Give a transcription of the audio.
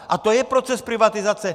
A to je proces privatizace.